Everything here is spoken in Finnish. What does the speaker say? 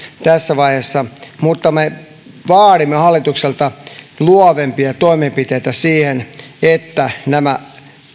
tässä vaiheessa mutta me vaadimme hallitukselta luovempia toimenpiteitä siihen että nämä